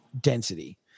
density